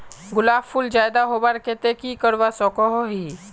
गुलाब फूल ज्यादा होबार केते की करवा सकोहो ही?